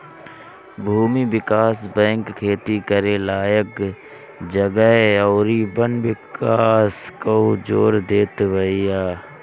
भूमि विकास बैंक खेती करे लायक जगह अउरी वन विकास पअ जोर देत बिया